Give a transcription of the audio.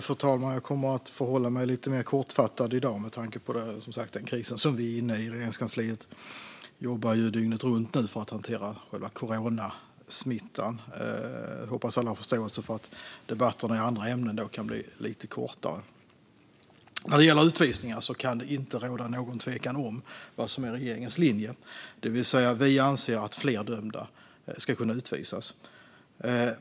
Fru talman! Jag kommer att hålla mig lite mer kortfattad i dag med tanke på den kris som vi i Regeringskansliet är inne i. Vi jobbar dygnet runt för att hantera coronasmittan. Jag hoppas att alla har förståelse för att debatterna i andra ämnen då kan bli lite kortare. När det gäller utvisningar kan det inte råda någon tvekan om vad som är regeringens linje, det vill säga att vi anser att fler dömda ska kunna utvisas.